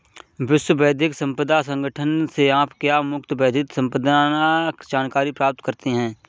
विश्व बौद्धिक संपदा संगठन से आप मुफ्त बौद्धिक संपदा जानकारी प्राप्त करते हैं